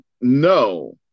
No